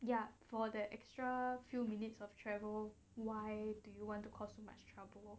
ya for that extra few minutes of travel why do you want to cost so much trouble